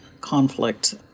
conflict